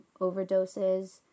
overdoses